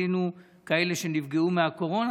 פיצינו כאלה שנפגעו מהקורונה,